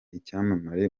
icyamamare